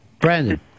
Brandon